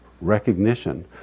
recognition